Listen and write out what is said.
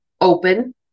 open